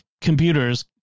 computers